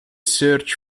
search